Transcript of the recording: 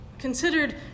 considered